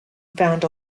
found